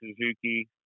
Suzuki